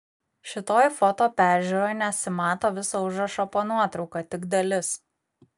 šitoj foto peržiūroj nesimato viso užrašo po nuotrauka tik dalis